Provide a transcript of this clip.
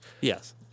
Yes